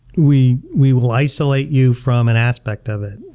we we will isolate you from an aspect of it.